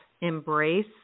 embrace